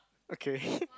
okay